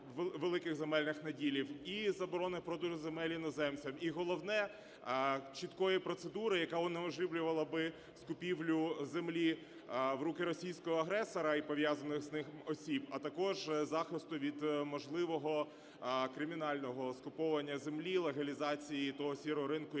великих земельних наділів, і заборона продажу земель іноземцям, і головне, чіткої процедури, яка унеможливлювала би скупівлю землі в руки російського агресора і пов'язаних з ним осіб, а також захисту від можливого кримінального скуповування землі і легалізації того "сірого ринку",